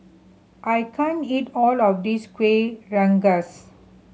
I can't eat all of this Kueh Rengas